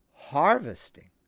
Harvesting